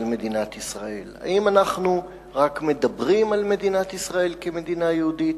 מדינת ישראל: האם אנחנו רק מדברים על מדינת ישראל כמדינה יהודית,